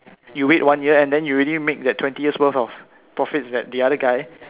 you wait one year and then you already made that twenty years worth of profits that the other guy